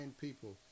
people